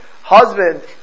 husband